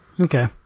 Okay